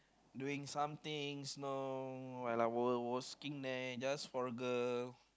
doing something you know when I was was working there just for a girl